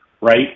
right